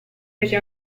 fece